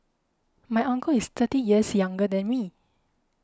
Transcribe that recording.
my uncle is thirty years younger than me